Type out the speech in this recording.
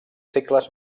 segles